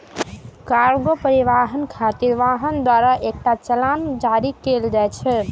cargo परिवहन खातिर वाहक द्वारा एकटा चालान जारी कैल जाइ छै